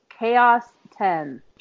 CHAOS10